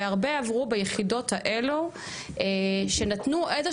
הרבה עברו ביחידות האלו שנתנו איזו